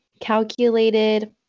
calculated